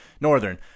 Northern